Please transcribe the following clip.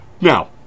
Now